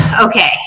okay